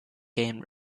game